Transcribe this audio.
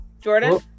Jordan